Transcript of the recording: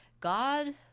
God